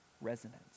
resonance